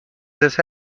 this